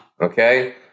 Okay